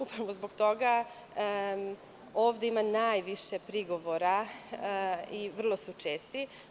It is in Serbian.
Upravo zbog toga ovde ima najviše prigovora i vrlo su često.